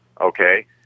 Okay